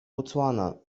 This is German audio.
botswana